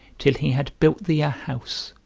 till he had built thee a house.